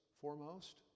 foremost